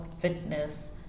fitness